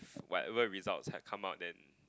whatever results had come out then it